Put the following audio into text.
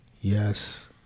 Yes